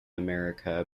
america